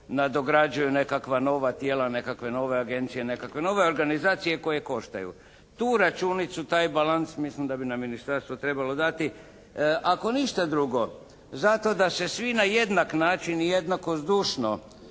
nadograđuju nekakva nova tijela, nekakve nove agencije, nekakve nove organizacije koje koštaju. Tu računicu, taj balans mislim da bi nam Ministarstvo trebalo dati. Ako ništa drugo zato da se svi na jednak način i jednako zdušno